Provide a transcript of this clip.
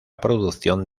producción